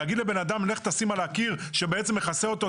להגיד לבן אדם: לך תשים על הקיר שבעצם מכסה אותו,